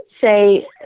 say